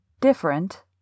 different